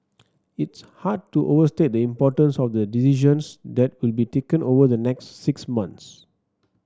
it's hard to overstate the importance of the decisions that will be taken over the next six months